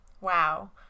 Wow